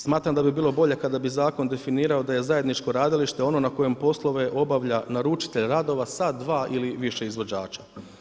Smatram da bi bilo bolje kada bi Zakon definirao da je zajedničko radilište ono na kojem poslove obavlja naručitelj radova sa dva ili više izvođača.